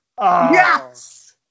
Yes